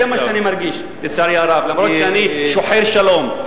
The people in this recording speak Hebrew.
זה מה שאני מרגיש, לצערי הרב, אף שאני שוחר שלום.